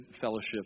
fellowship